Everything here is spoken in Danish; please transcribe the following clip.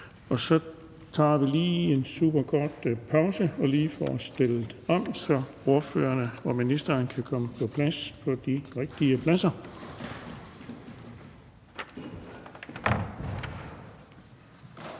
Så tager vi lige en super kort pause, hvor vi lige får stillet om, så ordførerne og ministeren kan komme på plads på de rigtige pladser. Så